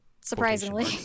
surprisingly